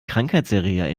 krankheitserreger